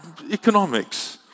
economics